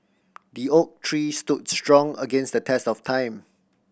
the oak tree stood strong against the test of time